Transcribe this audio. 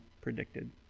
predicted